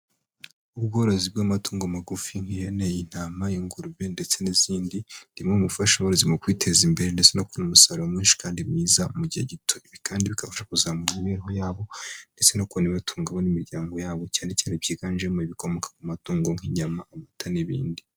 Ubworozi bw'amatungo magufi nk'ihene, intama, ingurube, ndetse n'izindi, ni bimwe mu bifasha abarozi mu kwiteza imbere ndetse no kubona umusaruro mwinshi kandi mwiza mu gihe gito. Ibi kandi bikabafasha kuzamura imibereho yabo ndetse no kubona ibibatunga bo n'imiryango yabo, cyane cyane byiganjemo ibikomoka ku matungo nk'inyama, amata, n'ibindi.